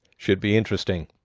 should be interesting.